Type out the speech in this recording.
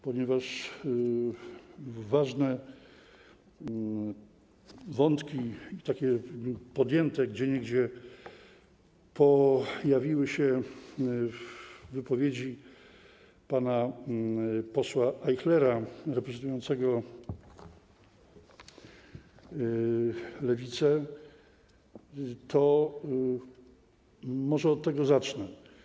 Ponieważ ważne wątki podjęte gdzieniegdzie pojawiły się w wypowiedzi pana posła Ajchlera reprezentującego Lewicę, to może od tego zacznę.